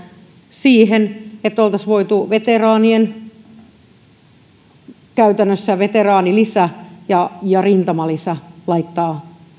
siihen että oltaisiin voitu käytännössä veteraanien veteraanilisä ja ja rintamalisä laittaa